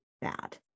bad